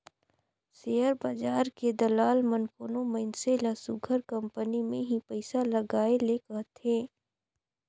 share बजार के दलाल मन कोनो मइनसे ल सुग्घर कंपनी में ही पइसा लगाए ले कहथें